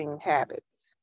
habits